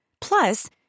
Plus